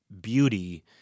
beauty